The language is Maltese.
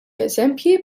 eżempji